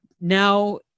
Now